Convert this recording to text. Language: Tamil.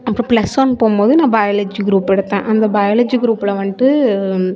அப்புறம் ஃபிளஸ் ஒன் போகும்போது நான் பயாலஜி குரூப் எடுத்தேன் அந்த பயாலஜி குரூப்பில் வந்துட்டு